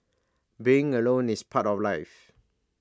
being alone is part of life